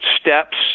steps